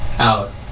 Out